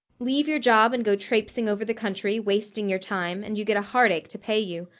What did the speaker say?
leave your job and go trapesing over the country, wasting your time, and you get a heartache to pay you.